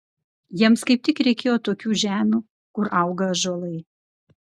jiems kaip tik reikėjo tokių žemių kur auga ąžuolai